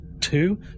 Two